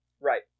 Right